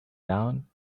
down